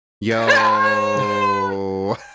Yo